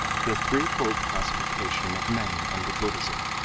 the threefold classification of men under buddhism